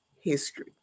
history